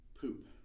poop